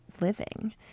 living